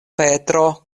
petro